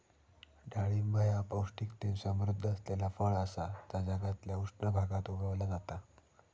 डाळिंब ह्या पौष्टिकतेन समृध्द असलेला फळ असा जा जगातल्या उष्ण भागात उगवला जाता